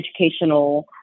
educational